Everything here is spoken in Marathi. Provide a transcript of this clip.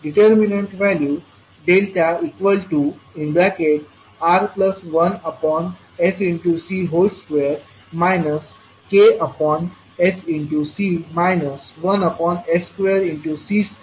determinant value ∆R1sC2 ksC 1s2C2sR2C2R ksCआहे